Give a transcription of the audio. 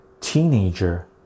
teenager